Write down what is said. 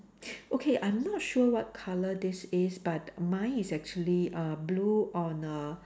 okay I'm not sure what colour this is but mine is actually err blue on a